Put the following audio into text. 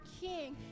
king